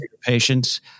patience